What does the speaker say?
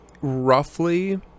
roughly